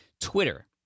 Twitter